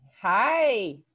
Hi